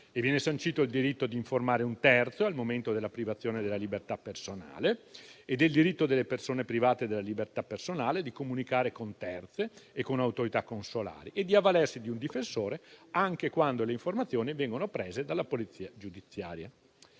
Viene sancito il diritto di informare un terzo al momento della privazione della libertà personale e il diritto delle persone private della libertà personale di comunicare con terzi e con autorità consolari e di avvalersi di un difensore anche quando le informazioni vengono prese dalla Polizia giudiziaria.